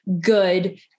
good